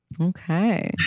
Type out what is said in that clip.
Okay